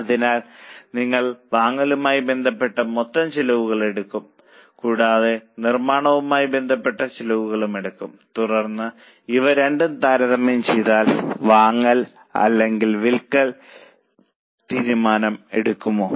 അതിനാൽ നിങ്ങൾ വാങ്ങലുമായി ബന്ധപ്പെട്ട മൊത്തം ചെലവുകൾ എടുക്കും കൂടാതെ നിർമ്മാണവുമായി ബന്ധപ്പെട്ട ചെലവുകളും എടുക്കും തുടർന്ന് ഇവ രണ്ടും താരതമ്യം ചെയ്താൽ വാങ്ങൽ അല്ലെങ്കിൽ വിൽക്കൽ തീരുമാനം എടുക്കുമോ